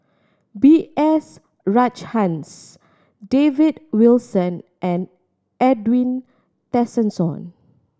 B S Rajhans David Wilson and Edwin Tessensohn